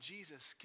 Jesus